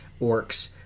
Orcs